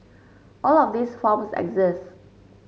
all of these forms exist